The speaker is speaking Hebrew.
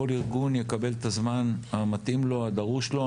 כל ארגון יקבל את הזמן המתאים לו, הדרוש לו.